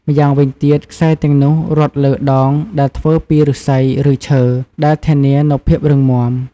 ម្យ៉ាងវិញទៀត ខ្សែទាំងនោះរត់លើដងដែលធ្វើពីឫស្សី ឬឈើ ដែលធានានូវភាពរឹងមាំ។